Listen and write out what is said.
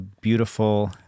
beautiful